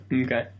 okay